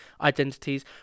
identities